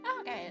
Okay